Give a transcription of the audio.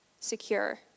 Secure